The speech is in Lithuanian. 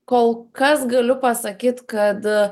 kol kas galiu pasakyt kad